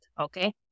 Okay